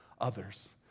others